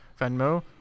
Venmo